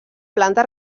planta